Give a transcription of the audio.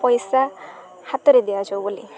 ପଇସା ହାତରେ ଦିଆଯାଉ ବୋଲି